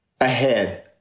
ahead